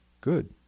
Good